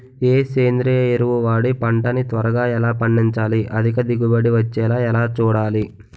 ఏ సేంద్రీయ ఎరువు వాడి పంట ని త్వరగా ఎలా పండించాలి? అధిక దిగుబడి వచ్చేలా ఎలా చూడాలి?